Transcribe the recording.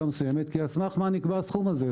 מסוימת כי על סמך מה נקבע הסכום הזה?